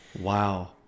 Wow